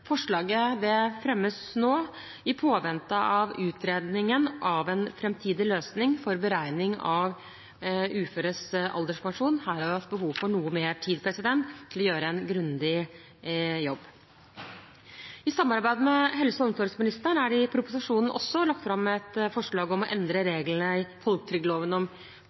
Forslaget fremmes i påvente av utredningen av en framtidig løsning for beregning av uføres alderspensjon. Her har vi hatt behov for noe mer tid til å gjøre en grundig jobb. I samarbeid med helse- og omsorgsministeren er det i proposisjonen også lagt fram et forslag om å endre reglene i folketrygdloven om